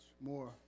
more